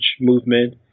movement